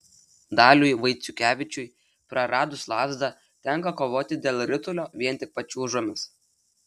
daliui vaiciukevičiui praradus lazdą tenka kovoti dėl ritulio vien tik pačiūžomis